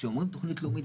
וכשאומרים תכנית לאומית,